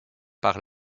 par